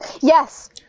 Yes